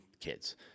kids